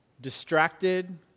distracted